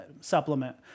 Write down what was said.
supplement